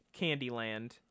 Candyland